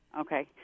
Okay